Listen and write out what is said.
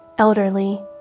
elderly